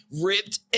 ripped